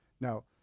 Now